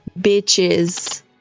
bitches